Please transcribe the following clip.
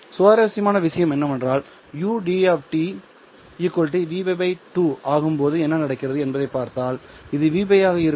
சுவாரஸ்யமான விஷயம் என்னவென்றால் ud Vπ 2 ஆகும்போது என்ன நடக்கிறது என்பதைப் பார்த்தால் இது Vπ ஆக இருக்கும்